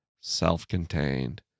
self-contained